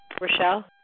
Rochelle